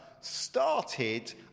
started